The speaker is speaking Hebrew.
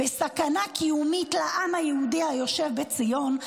בסכנה קיומית לעם היהודי היושב בציון,